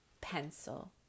pencil